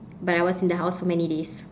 but I was in the house for many days